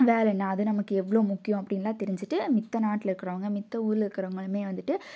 வேலைன்ன அது நமக்கு எவ்வளோ முக்கியம் அப்படின்லாம் தெரிஞ்சிகிட்டு மத்த நாட்டில் இருக்கிறவங்க மத்த ஊரில் இருக்கிறவங்களுமே வந்துவிட்டு